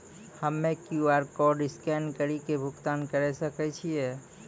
हम्मय QR code scan कड़ी के भुगतान करें सकय छियै?